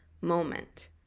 moment